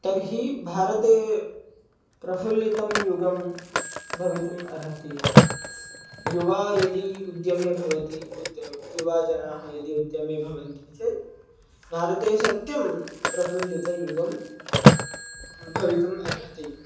तर्हि भारते प्रफुल्लितं युगं भवितुम् अर्हति युवा यदि उद्यमे भवति उद् युवजनाः यदि उद्यमे भवन्ति चेत् भारते सत्यं प्रफुल्लितयुगं भवितुम् अर्हति